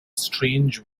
strange